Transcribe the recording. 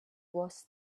was